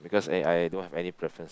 because eh I don't have any preference